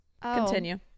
Continue